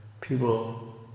People